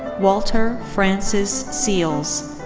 walter francis seals.